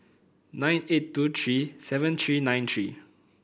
nine eight two three seven three nine three